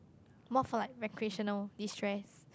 more for like recreational destress